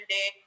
Day